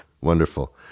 Wonderful